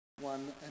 one